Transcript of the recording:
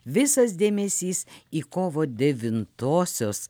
visas dėmesys į kovo devintosios